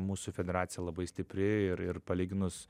mūsų federacija labai stipri ir ir palyginus